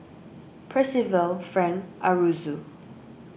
Percival Frank Aroozoo